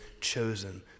chosen